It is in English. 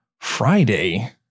Friday